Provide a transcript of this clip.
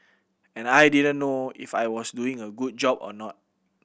and I didn't know if I was doing a good job or not